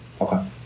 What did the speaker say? Okay